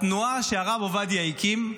התנועה שהרב עובדיה הקים,